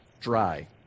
Dry